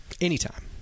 anytime